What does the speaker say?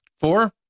Four